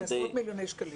בעשרות מיליוני שקלים.